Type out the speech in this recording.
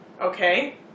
okay